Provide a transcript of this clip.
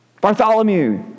Bartholomew